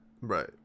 Right